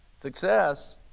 Success